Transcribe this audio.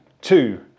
two